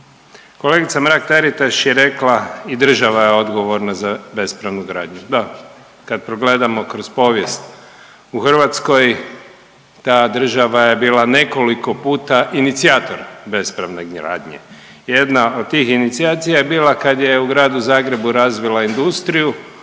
Kolegica je Mrak Taritaš je rekla i država je odgovorna za bespravnu gradnju. Da, kad progledamo kroz povijest u Hrvatskoj ta država je bila nekoliko puta inicijator bespravne gradnje. Jedna od tih inicijacija je bila kad je u Gradu Zagrebu razvila industriju,